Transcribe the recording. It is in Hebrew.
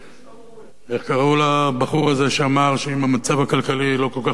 איך קראו לבחור הזה שאמר שאם המצב הכלכלי לא כל כך טוב